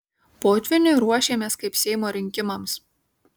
potvyniui ruošiamės kaip seimo rinkimams